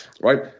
right